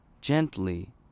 gently